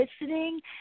listening